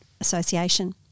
association